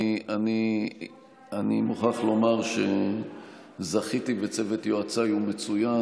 אני מוכרח לומר שזכיתי וצוות יועציי הוא מצוין.